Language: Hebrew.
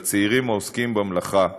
לצעירים העוסקים במלאכה,